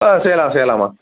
ஆ செய்யலாம் செய்யலாம்மா